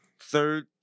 third